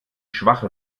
schwache